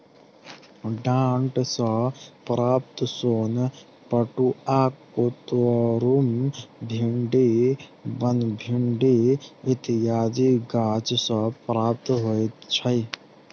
डांट सॅ प्राप्त सोन पटुआ, कुतरुम, भिंडी, बनभिंडी इत्यादि गाछ सॅ प्राप्त होइत छै